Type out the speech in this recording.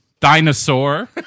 Dinosaur